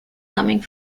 coming